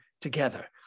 together